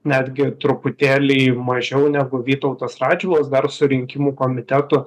netgi truputėlį mažiau negu vytautas radžvilas dar su rinkimų komitetu